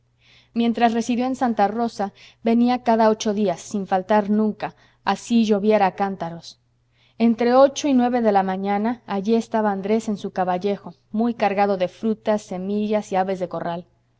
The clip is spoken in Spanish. mientras residió en santa rosa venía cada ocho días sin faltar nunca así lloviera a cántaros entre ocho y nueve de la mañana allí estaba andrés en su caballejo muy cargado de frutas semillas y aves de corral